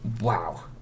Wow